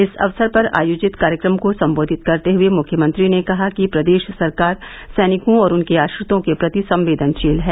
इस अवसर पर आयोजित कार्यक्रम को संबोधित करते हए मुख्यमंत्री ने कहा कि प्रदेश सरकार सैनिकों और उनके आश्रितों के प्रति संवेदनशील है